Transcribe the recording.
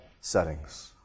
settings